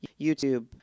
YouTube